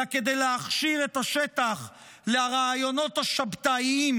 אלא כדי להכשיר את השטח לרעיונות השבתאיים,